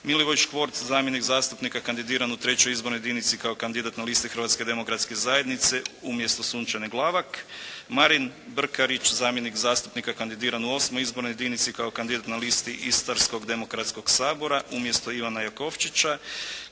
Milivoj Škvorc zamjenik zastupnika kandidiran u III. izbornoj jedinici kao kandidat na listi Hrvatske demokratske zajednice umjesto Sunčane Glavak, Marin Brkarić zamjenik zastupnika kandidiran u VIII. izbornoj jedinici kao kandidat na listi Istarskog demokratskog sabora umjesto Ivana Jakovčića,